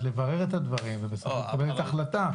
לברר את הדברים ובסוף היא מקבלת החלטה.